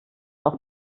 auch